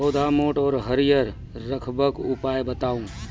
पौधा मोट आर हरियर रखबाक उपाय बताऊ?